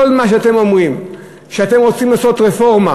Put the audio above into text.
כל מה שאתם אומרים, שאתם רוצים לעשות רפורמה